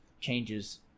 changes